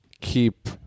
keep